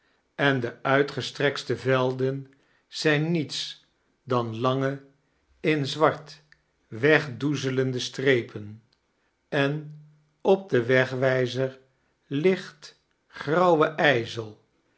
en de uitgestrekste velden zijn nieta dan lange in zwart wegdoezelende strepen en op den wegwijzer mgt grauwe ijzel